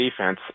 defense